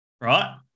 Right